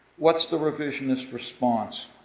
what's the revisionist response?